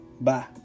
bye